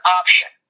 option